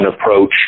approach